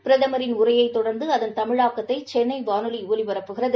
பிரதமரின் உரையைத் தொடர்ந்துஅதன் தமிழாக்கத்தைசென்னைவானொலிஒலிபரப்புகிறது